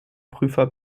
prüfer